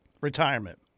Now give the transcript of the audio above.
retirement